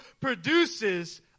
produces